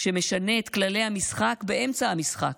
שמשנה את כללי המשחק באמצע המשחק.